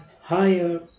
higher